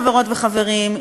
חברות וחברים,